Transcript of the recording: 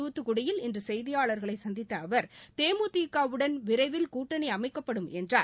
தூத்துக்குடியில் இன்று செய்தியாளர்களை சந்தித்த அவர் தேமுதிகவுடன் விரைவில் கூட்டணி அமைக்கப்படும் என்றார்